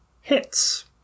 hits